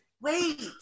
Wait